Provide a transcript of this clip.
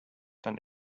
dann